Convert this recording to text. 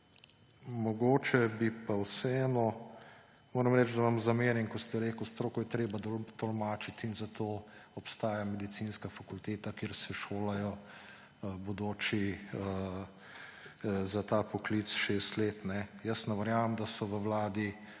tudi nelogični. Moram reči, da vam zamerim, ko ste rekli, stroko je treba tolmačiti in zato obstaja medicinska fakulteta, kjer se šolajo bodoči za ta poklic šest let. Jaz ne verjamem, da so v vladi